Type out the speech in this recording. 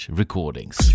recordings